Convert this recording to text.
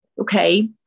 okay